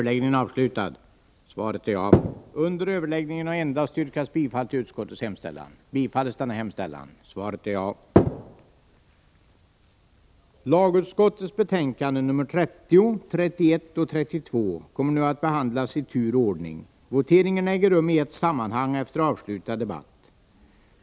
Lagutskottets betänkanden 30, 31 och 32 kommer att debatteras i tur och ordning. Voteringarna äger rum i ett sammanhang efter avslutad debatt.